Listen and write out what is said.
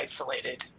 isolated